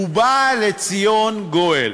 ובא לציון גואל.